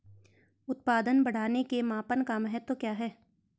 उत्पादन बढ़ाने के मापन का महत्व क्या है?